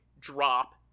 drop